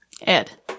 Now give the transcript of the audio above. Ed